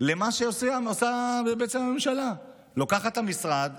למה שעושה הממשלה: לוקחת את המשרד,